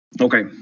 okay